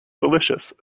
delicious